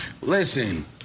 Listen